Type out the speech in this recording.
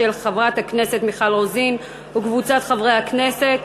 של חברת הכנסת מיכל רוזין וקבוצת חברי הכנסת.